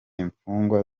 imfungwa